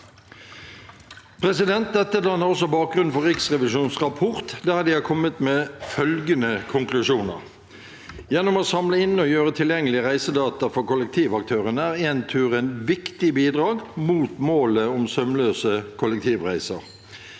fellesskap. Dette danner bakgrunnen for Riksrevisjonens rapport, der de har kommet med følgende konklusjoner: – Gjennom å samle inn og gjøre tilgjengelig reisedata for kollektivaktørene er Entur et viktig bidrag mot målet om sømløse kollektivreiser.